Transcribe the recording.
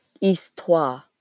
histoire